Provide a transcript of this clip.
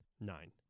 Nine